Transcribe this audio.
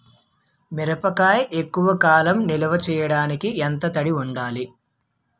మిరపకాయ ఎక్కువ కాలం నిల్వ చేయటానికి ఎంత తడి ఉండాలి?